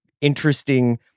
interesting